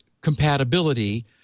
compatibility